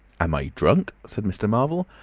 am i drunk? said mr. marvel.